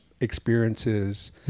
experiences